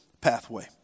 pathway